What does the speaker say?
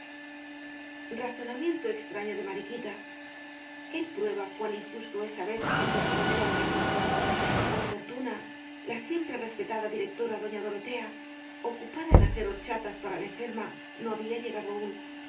razonamiento extraño de mariquita el prueba cuan injusto es á veces el corazón del hombre por fortuna la siempre respetada directora doña dorotea ocupada en hacer horchatas para la enferma no había llegado aún